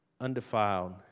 undefiled